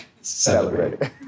Celebrate